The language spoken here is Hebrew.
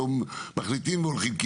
מחליטים והולכים.